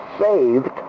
saved